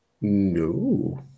No